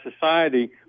society